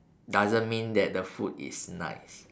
doesn't mean that the food is nice